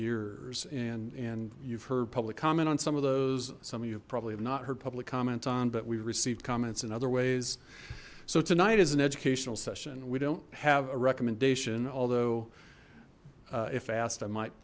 years and and you've heard public comment on some of those some of you probably have not heard public comment on but we've received comments in other ways so tonight is an educational session we don't have a recommendation although if asked i might